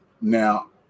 Now